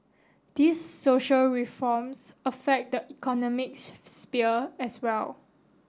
these social reforms affect the economic sphere as well